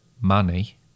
money